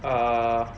err